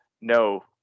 no